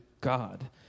God